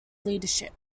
leadership